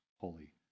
holy